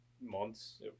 months